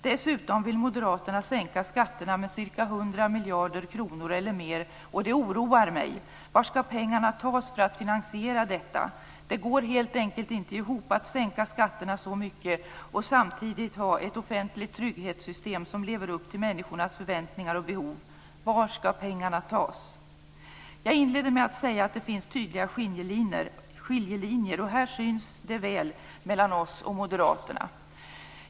Dessutom vill moderaterna sänka skatterna med ca 100 miljarder kronor eller mer, och det oroar mig. Det går helt enkelt inte ihop att sänka skatterna så mycket och samtidigt ha ett offentligt trygghetssystem som lever upp till människornas förväntningar och behov. Var skall pengarna tas? Jag inledde med att säga att det finns tydliga skiljelinjer, och här syns skiljelinjen väl mellan oss och moderaterna.